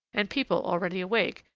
and people already awake,